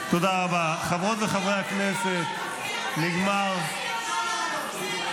סרבן, ולפני שנה אמרת שהסרבנים האלה הם פטריוטים.